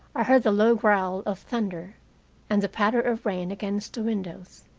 i heard the low growl of thunder and the patter of rain against the windows.